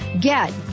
Get